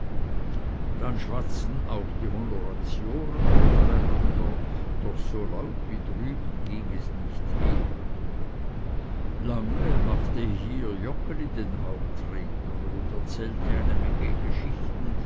dann schwatzten auch die honoratioren unter einander doch so laut wie drüben ging es nicht her lange machte hier joggeli den hauptredner und erzählte eine menge geschichten